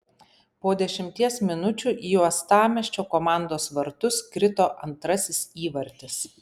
po dešimties minučių į uostamiesčio komandos vartus krito antrasis įvartis